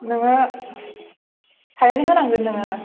नोङो फाइन होनांगोन नोङो